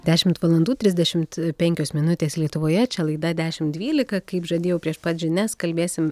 dešimt valandų trisdešimt penkios minutės lietuvoje čia laida dešimt dvylika kaip žadėjau prieš pat žinias kalbėsim